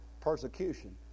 persecution